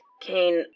Kane